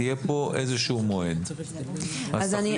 יהיה פה איזשהו מועד, אז תחליטו מה הוא.